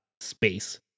space